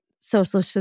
social